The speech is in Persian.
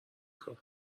کار